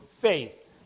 faith